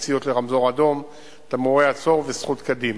אי-ציות לרמזור אדום ולתמרורי עצור וזכות קדימה.